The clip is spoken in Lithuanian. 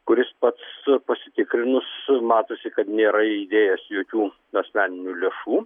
kuris pats su pasitikrinus matosi kad nėra idėjęs jokių asmeninių lėšų